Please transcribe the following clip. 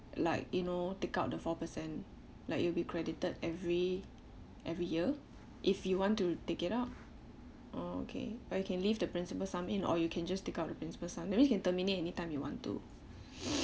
like you know take out the four percent like it will be credited every every year if you want to take it out okay but you can leave the principal sum in or you can just take out the principal sum that means can terminate anytime you want to